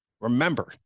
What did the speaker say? remember